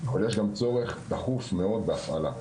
אבל יש גם צורך דחוף מאוד בהפעלה.